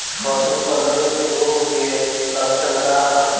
पशु प्लेग रोग के लक्षण का ह?